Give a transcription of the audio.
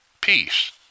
Peace